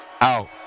Out